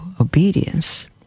Obedience